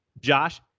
Josh